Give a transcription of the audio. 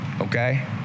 okay